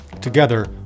Together